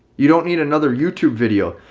you don't need another youtube video.